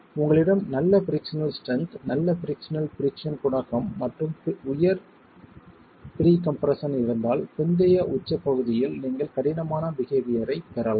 உங்களிடம் நல்ல frictional strength நல்ல பிரிக்ஸனல் பிரிக்ஸன் குணகம் மற்றும் உயர் ப்ரீகம்ப்ரஷன் இருந்தால் பிந்தைய உச்சப் பகுதியில் நீங்கள் கடினமான பிஹெவியர்யைப் பெறலாம்